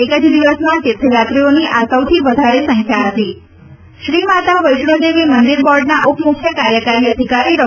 એક જ દિવસમાં તીર્થયાત્રીઓની આ સૌથી વધારે સંખ્યા હતી શ્રી માતા વેષ્ણોદેવી મંદિરબોર્ડના ઉપમુખ્ય કાર્યકારી અધિકારી ડૉ